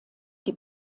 die